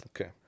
Okay